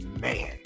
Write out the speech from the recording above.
Man